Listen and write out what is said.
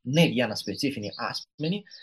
ne vieną specifinį asmenys